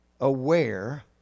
aware